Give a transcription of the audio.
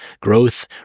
growth